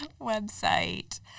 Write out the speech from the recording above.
website